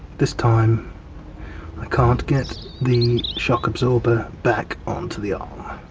this time i can't get the shock absorber back onto the arm. i